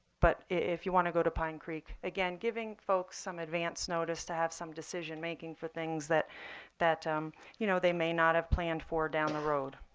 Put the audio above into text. but if you want to go to pine creek again, giving folks some advance notice to have some decision making for things that that um you know they may not have planned for down the road.